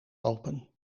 open